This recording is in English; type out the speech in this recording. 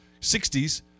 60s